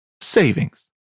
savings